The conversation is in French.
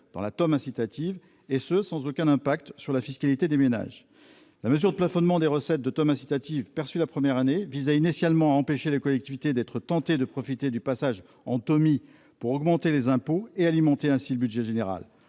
dans la TEOM incitative, et ce sans aucun impact sur la fiscalité des ménages. La mesure de plafonnement des recettes de TEOM incitative perçues la première année visait initialement à empêcher les collectivités de profiter du passage en TEOMI pour augmenter les impôts et alimenter ainsi le budget général.